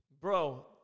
Bro